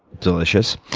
delicious.